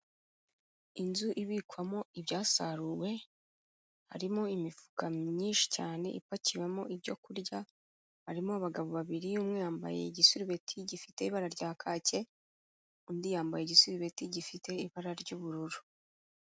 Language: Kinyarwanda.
Inzu ibikwamo ibyasaruwe, harimo imifuka myinshi cyane ipakiwemo ibyo kurya, harimo abagabo babiri, umwe yambaye igisirubeti gifite ibara rya kake, undi yambaye igisirubeti gifite ibara ry'ubururu.